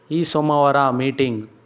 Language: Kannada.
ಈ ಸೋಮವಾರ ಮೀಟಿಂಗ್